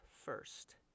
first